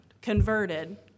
converted